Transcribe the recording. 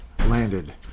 Landed